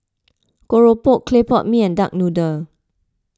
Keropok Clay Pot Mee and Duck Noodle